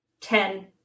Ten